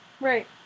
Right